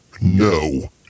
no